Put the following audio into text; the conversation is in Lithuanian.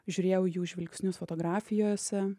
žiūrėjau jų žvilgsnius fotografijose